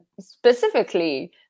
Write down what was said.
specifically